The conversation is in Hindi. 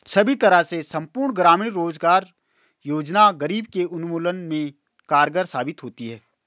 सभी तरह से संपूर्ण ग्रामीण रोजगार योजना गरीबी के उन्मूलन में कारगर साबित होती है